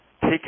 Take